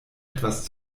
etwas